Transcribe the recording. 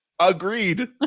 Agreed